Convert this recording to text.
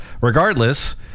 Regardless